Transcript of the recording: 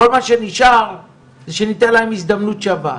כל מה שנשאר זה שניתן להם הזדמנות שווה.